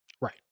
Right